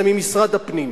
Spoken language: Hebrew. זה ממשרד הפנים,